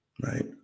Right